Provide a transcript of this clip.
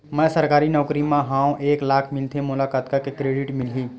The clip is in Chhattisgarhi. मैं सरकारी नौकरी मा हाव एक लाख मिलथे मोला कतका के क्रेडिट मिलही?